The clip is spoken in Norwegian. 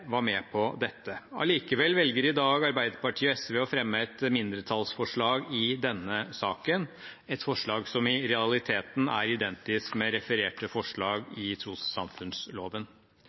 var med på dette. Allikevel velger i dag Arbeiderpartiet og SV å fremme et mindretallsforslag i denne saken – et forslag som i realiteten er identisk med det refererte forslag i innstillingen til trossamfunnsloven.